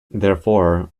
therefore